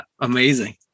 Amazing